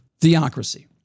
theocracy